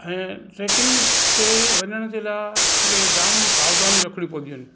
ऐं ट्रैकिंग ते वञण जे लाइ असांखे जाम सावधानी रखणियूं पवंदियूं आहिनि